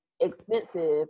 expensive